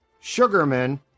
Sugarman